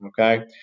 Okay